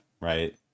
right